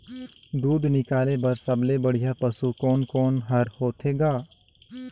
दूध निकाले बर सबले बढ़िया पशु कोन कोन हर होथे ग?